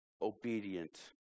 obedient